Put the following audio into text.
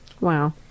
Wow